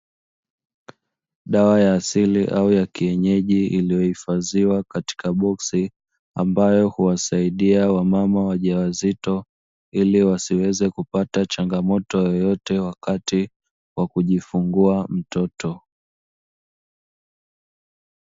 Dawa ya asili ama ya kienyeji iliyohifadhiwa katika boksi, ambayo huwasaidia wamama wajawazito ili wasiweze kupata changamoto yoyote wakati wa kujifungua mtoto.